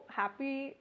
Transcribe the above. happy